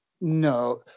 No